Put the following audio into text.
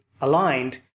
aligned